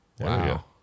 Wow